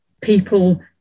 people